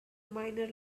minor